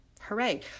Hooray